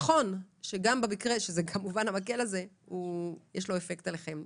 נכון שלמקל הזה יש אפקט עליכם,